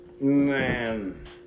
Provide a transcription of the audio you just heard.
Man